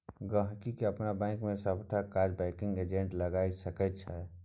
गांहिकी अपन बैंकक सबटा काज बैंकिग एजेंट लग कए सकै छै